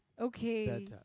Okay